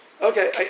Okay